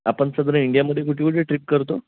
आपण सदर इंडियामध्ये कुठे कुठे ट्रिप करतो